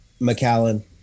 McAllen